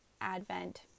Advent